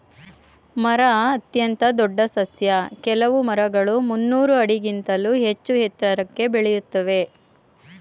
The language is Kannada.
ಮರ ಅತ್ಯಂತ ದೊಡ್ ಸಸ್ಯ ಕೆಲ್ವು ಮರಗಳು ಮುನ್ನೂರ್ ಆಡಿಗಿಂತ್ಲೂ ಹೆಚ್ಚೂ ಎತ್ರಕ್ಕೆ ಬೆಳಿತಾವೇ